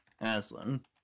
Aslan